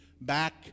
back